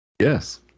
Yes